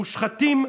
מושחתים,